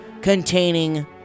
containing